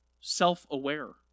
self-aware